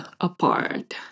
apart